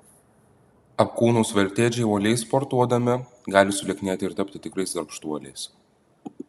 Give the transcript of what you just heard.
apkūnūs veltėdžiai uoliai sportuodami gali sulieknėti ir tapti tikrais darbštuoliais